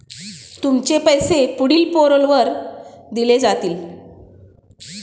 तुमचे पैसे पुढील पॅरोलवर दिले जातील